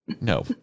no